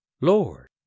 Lord